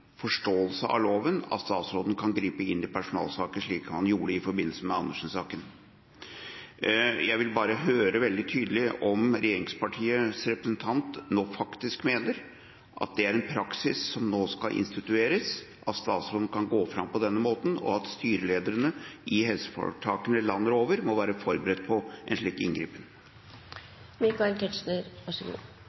forståelse av loven at statsråden kan gripe inn i personalsaker, slik han gjorde i forbindelse med Andersen-saken. Jeg vil bare høre veldig tydelig om regjeringspartiets representant nå faktisk mener at det er en praksis som nå skal institueres, at statsråden kan gå fram på denne måten, og at styrelederne i helseforetakene landet over må være forberedt på en slik inngripen. Som jeg var inne på i et tidligere svar, er forholdene ikke så